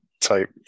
type